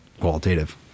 qualitative